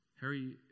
Harry